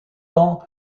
ans